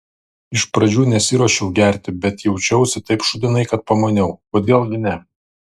iš pradžių nesiruošiau gerti bet jaučiausi taip šūdinai kad pamaniau kodėl gi ne